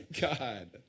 God